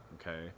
okay